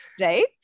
right